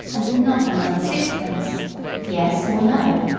and not another sixpence yes or no?